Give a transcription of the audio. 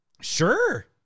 Sure